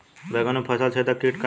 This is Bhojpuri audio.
बैंगन में फल छेदक किट का ह?